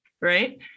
right